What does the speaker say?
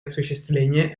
осуществления